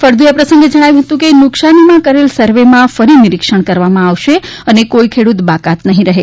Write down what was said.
ફળદુએ આ પ્રસંગે જણાવ્યું છે કે નુકસાનીમાં કરેલ સર્વેમાં ફરી નીરિક્ષણ કરવામાં આવશે અને કોઈ ખેડૂત બાકાત નહીં રહે